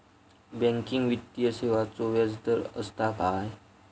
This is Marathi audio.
बँकिंग वित्तीय सेवाचो व्याजदर असता काय?